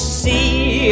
see